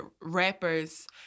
rappers